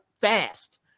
fast